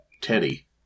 Teddy